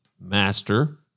master